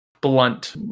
Blunt